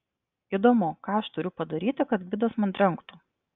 įdomu ką aš turiu padaryti kad gvidas man trenktų